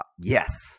yes